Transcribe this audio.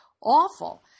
awful